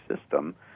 system